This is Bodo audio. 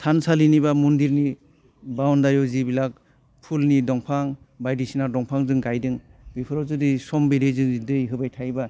थानसालिनि बा मन्दिरनि बाउन्दारियाव जिबिलाग फुलनि दंफां बायदिसिना दंफां जों गायदों बेफोराव जुदि सम बिदियै जुदि दै होबाय थायोबा